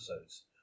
episodes